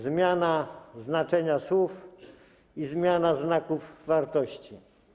Zmiana znaczenia słów i zmiana znaków wartości.